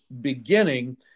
beginning